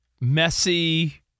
messy